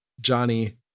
Johnny